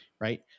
right